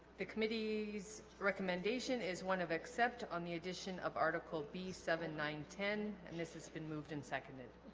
the committee's recommendation is one of except on the addition of article b seven nine ten and this has been moved and seconded